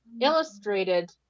illustrated